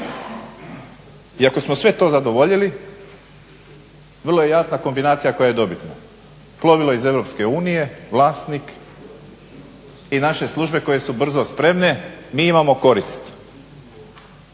I ako smo sve to zadovoljili vrlo je jasna kombinacija koja je dobitna, plovilo iz Europske unije, vlasnik i naše službe koje su brzo spremne. Mi imamo korist.